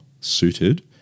suited